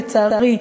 לצערי,